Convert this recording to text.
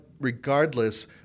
regardless